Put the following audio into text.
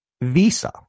Visa